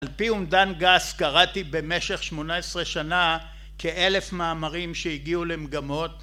על פי אומדן גס קראתי במשך שמונה עשרה שנה כאלף מאמרים שהגיעו למגמות